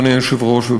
אדוני היושב-ראש,